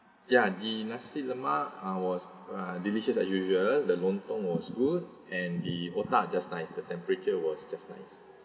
ya the nasi lemak I was uh delicious as usual the lontong was good and the otah just nice the temperature was just nice